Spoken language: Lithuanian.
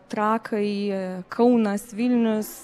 trakai kaunas vilnius